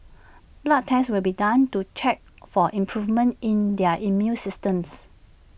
blood tests will be done to check for improvements in their immune systems